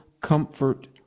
comfort